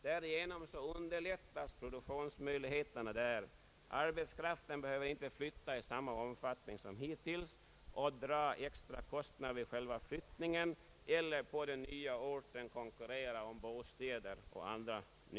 Därigenom underlättas produktionsmöjligheterna där, arbetskraften behöver inte flytta i samma omfattning som hittills och dra extra kostnader vid själva flyttningen eller på den nya orten konkurrera om bostäder o. d.